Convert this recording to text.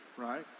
right